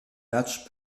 matchs